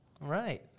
Right